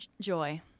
joy